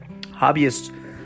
Hobbyists